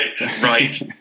Right